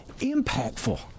impactful